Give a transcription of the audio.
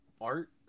Art